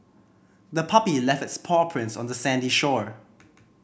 the puppy left its paw prints on the sandy shore